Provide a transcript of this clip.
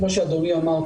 כמו שאדוני אמר,